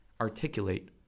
articulate